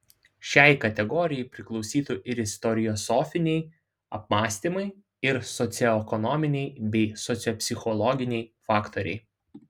šiai kategorijai priklausytų ir istoriosofiniai apmąstymai ir socioekonominiai bei sociopsichologiniai faktoriai